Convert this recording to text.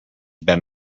been